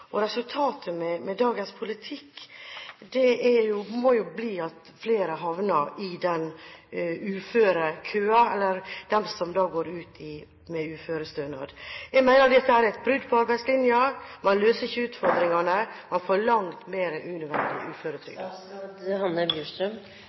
og IA-avtalen, og resultatet med dagens politikk må jo bli at flere havner i den uførekøen – eller de går ut med uførestønad. Jeg mener dette er et brudd på arbeidslinja. Man løser ikke utfordringene, man får langt flere unødvendig